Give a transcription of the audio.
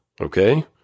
okay